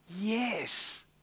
yes